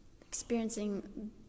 experiencing